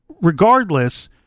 regardless